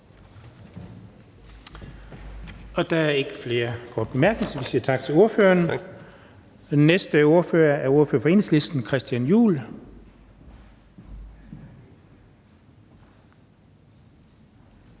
Der er ikke flere korte bemærkninger, så vi siger tak til ordføreren. Den næste ordfører er ordføreren for Enhedslisten, Christian Juhl.